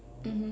mmhmm